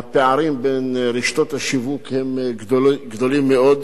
והפערים בין רשתות השיווק גדולים מאוד,